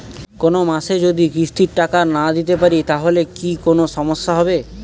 কোনমাসে যদি কিস্তির টাকা না দিতে পারি তাহলে কি কোন সমস্যা হবে?